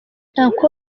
uncle